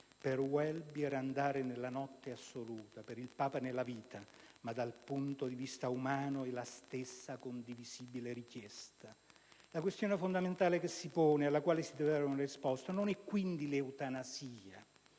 Per Welby era andare nella notte assoluta, per il Papa nella vita, ma dal punto di vista umano è la stessa condivisibile richiesta. La questione fondamentale che si pone, alla quale si deve dare una risposta, non è quindi l'eutanasia,